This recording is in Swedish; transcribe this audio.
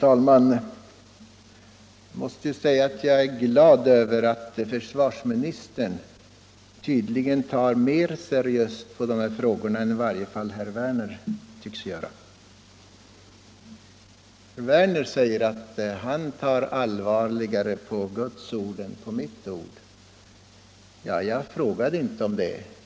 Herr talman! Jag måste säga att försvarsministern tydligen ser mer seriöst på denna fråga än vad herr Werner i Malmö tycks göra. Herr Werner säger att han tar allvarligare på Guds ord än på mitt anförande. Ja, jag frågade inte om det.